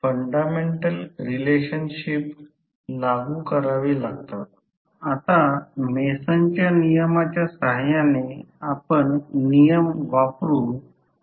तर त्या प्रकरणात काय होईल याचा अर्थ असा की हे समीकरण हे N d ∅ d t chain rule म्हणून लिहू शकतो